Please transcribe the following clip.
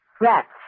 Rats